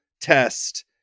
test